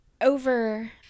over